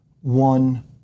one